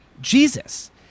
Jesus